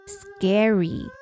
scary